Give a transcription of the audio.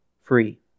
free